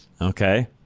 Okay